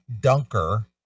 Dunker